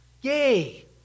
Yay